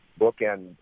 bookend